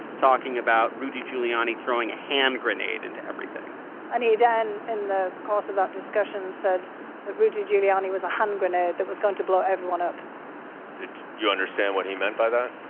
talking about rudy giuliani throwing a hand grenade into everything and he then, in the course of that discussion, said that rudy giuliani was a hand grenade that was going to blow everyone up did you understand what he meant by that?